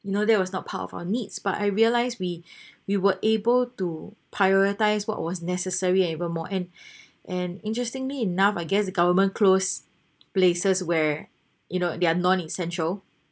you know that was not part of our needs but I realize we we were able to prioritize what was necessary and ever more and and interestingly enough I guess the government close places where you know they're non essential